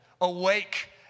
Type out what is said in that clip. Awake